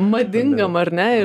madingam ar ne ir